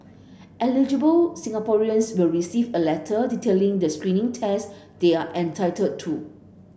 eligible Singaporeans will receive a letter detailing the screening test they are entitled to